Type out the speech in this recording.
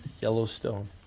Yellowstone